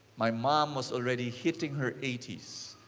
my mom was already hitting her eighty s.